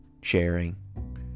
sharing